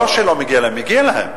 לא שלא מגיע להם, מגיע להם,